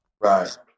Right